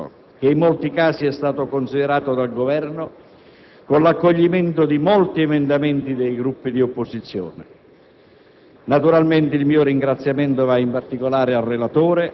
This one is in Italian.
Do atto ai senatori dell'opposizione del loro contribuito, che in molti casi è stato considerato dal Governo, con l'accoglimento di molti emendamenti dei Gruppi di opposizione.